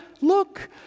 Look